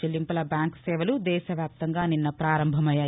చెళ్లింవుల bank సేవలు దేశ వ్యాప్తంగా నిన్న ప్రారంభమైయ్యాయి